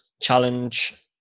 challenge